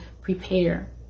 prepare